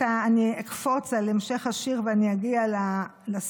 אני אקפוץ על המשך השיר ואני אגיע לסיפא.